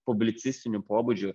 publicistiniu pobūdžiu